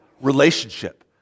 Relationship